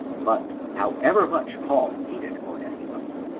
but, however much paul needed onesimus,